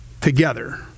together